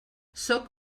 sóc